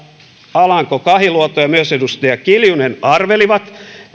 alanko kahiluoto ja myös edustaja kiljunen arvelivat